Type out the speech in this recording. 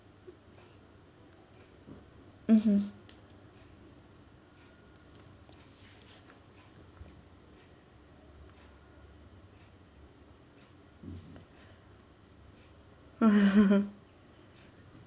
mmhmm